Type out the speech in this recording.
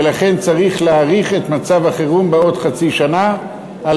ולכן צריך להאריך את מצב החירום בעוד חצי שנה על